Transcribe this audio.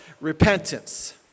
repentance